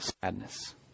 sadness